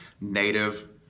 native